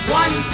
one